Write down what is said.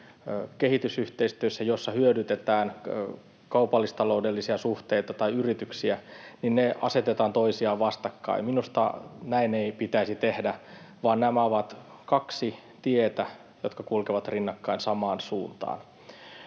kehitysyhteistyöstä, jossa hyödytetään kaupallistaloudellisia suhteita tai yrityksiä, niin ne asetetaan toisiaan vastakkain. Minusta näin ei pitäisi tehdä, vaan nämä ovat kaksi tietä, jotka kulkevat rinnakkain samaan suuntaan.